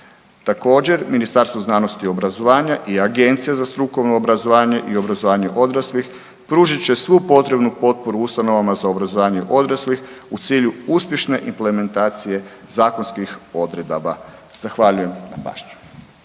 Također Ministarstvo znanosti i obrazovanja i Agencija za strukovno obrazovanje i obrazovanje odraslih pružit će svu potrebu potporu ustanovama za obrazovanje odraslih u cilju uspješne implementacije zakonskih odredaba. Zahvaljujem na pažnji.